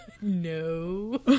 No